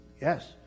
Yes